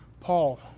Paul